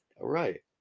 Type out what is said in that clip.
Right